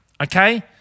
okay